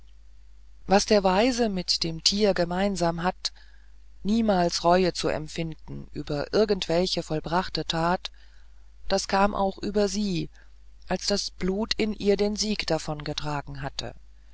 was der weise mit dem tier gemeinsam hat niemals reue zu empfinden über irgendwelche vollbrachte tat das kam auch über sie als das blut in ihr den sieg davongetragen hatte